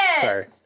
Sorry